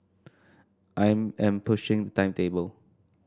I am pushing timetable